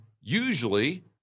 usually